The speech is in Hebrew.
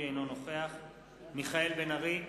אינו נוכח מיכאל בן-ארי,